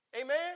Amen